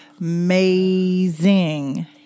amazing